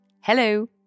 Hello